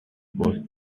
post